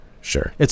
Sure